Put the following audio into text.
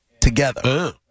Together